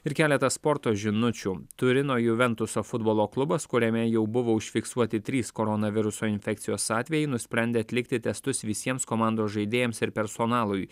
ir keletą sporto žinučių turino juventuso futbolo klubas kuriame jau buvo užfiksuoti trys koronaviruso infekcijos atvejai nusprendė atlikti testus visiems komandos žaidėjams ir personalui